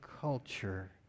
culture